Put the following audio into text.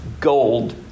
gold